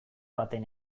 baten